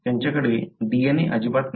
त्यांच्याकडे DNA अजिबात नाही